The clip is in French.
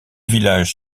village